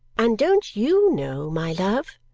and don't you know, my love?